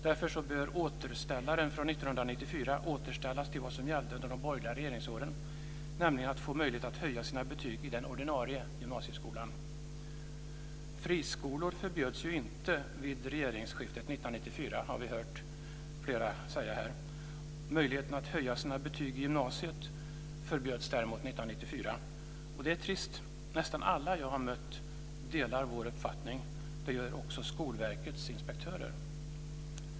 Därför bör återställaren från 1994 återställas till vad som gällde under de borgerliga regeringsåren, nämligen att få möjlighet att höja sina betyg i den ordinarie gymnasieskolan. Friskolor förbjöds ju inte vid regeringsskiftet 1994. Det har vi hört flera säga här. Möjligheten att höja sina betyg i gymnasiet förbjöds däremot 1994 och det är trist. Nästan alla jag har mött delar vår uppfattning. Det gör också Skolverkets inspektörer.